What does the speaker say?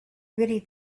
really